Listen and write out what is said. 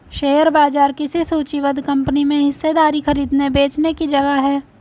share बाजार किसी सूचीबद्ध कंपनी में हिस्सेदारी खरीदने बेचने की जगह है